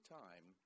time